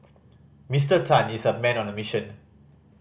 Mister Tan is a man on a mission